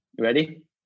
ready